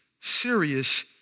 serious